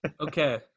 Okay